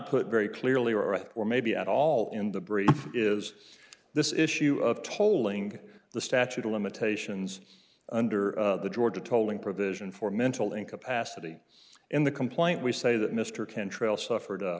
put very clearly were or maybe at all in the brief is this issue of tolling the statute of limitations under the georgia tolling provision for mental incapacity in the complaint we say that mr cantrell suffered a